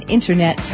Internet